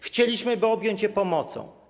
Chcieliśmy objąć je pomocą.